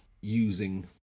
using